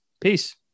peace